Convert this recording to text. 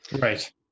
Right